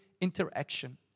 interaction